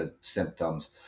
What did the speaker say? symptoms